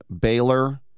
Baylor